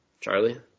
Charlie